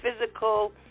physical